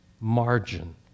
margin